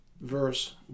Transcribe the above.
verse